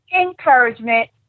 encouragement